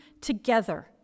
together